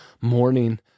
morning